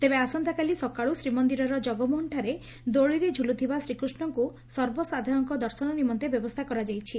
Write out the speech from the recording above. ତେବେ ଆସନ୍ତାକାଲି ସକାଳୁ ଶ୍ରୀମନ୍ଦିରର ଜଗମୋହନଠାରେ ଦୋଳିରେ ଝୁଲୁଥିବା ଶ୍ରୀକୃଷ୍ଙ୍କୁ ସର୍ବସାଧାରଣଙ୍କ ଦର୍ଶନ ନିମନ୍ତେ ବ୍ୟବସ୍କା କରାଯାଇଛି